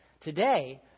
today